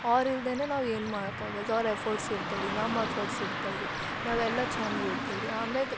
ಅವ್ರ್ ಇಲ್ದೇನೆ ನಾವು ಏನು ಮಾಡಕಾಗಲ್ದು ಅವ್ರ್ ಎಫರ್ಟ್ಸ್ ಇರ್ತವ್ರೀ ನಮ್ಮ ಎಫರ್ಟ್ಸ್ ಇರ್ತವ್ರೀ ನಾವು ಎಲ್ಲ ಛಂದ್ ಓದ್ತೇವ್ರೀ ಆಮ್ಯಾಗ